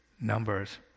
numbers